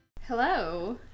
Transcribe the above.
Hello